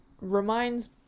reminds